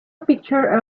picture